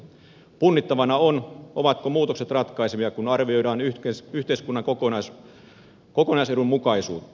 punnittavana on ovatko muutokset ratkaisevia kun arvioidaan yhteiskunnan kokonaisedun mukaisuutta